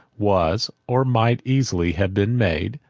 was, or might easily have been made,